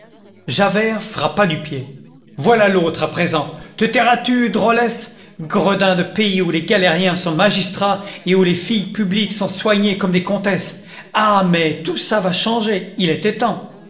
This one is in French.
javert frappa du pied voilà l'autre à présent te tairas-tu drôlesse gredin de pays où les galériens sont magistrats et où les filles publiques sont soignées comme des comtesses ah mais tout ça va changer il était temps